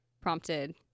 prompted